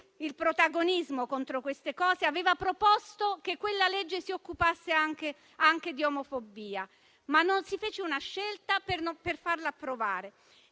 il protagonismo contro questi fenomeni, aveva proposto che quella legge si occupasse anche di omofobia, ma non si fece una scelta per farla approvare.